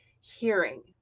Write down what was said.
hearing